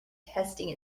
testing